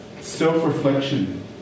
self-reflection